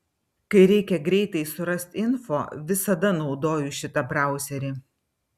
kai reikia greitai surast info visada naudoju šitą brauserį